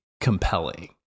compelling